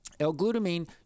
L-glutamine